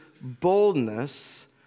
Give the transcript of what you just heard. boldness